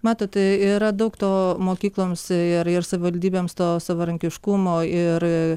matot yra daug to mokykloms ir ir savivaldybėms to savarankiškumo ir